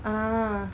ah